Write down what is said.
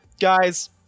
guys